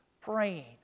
praying